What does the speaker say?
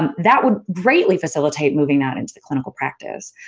um that would greatly facilitate moving that into the clinical practice.